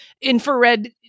Infrared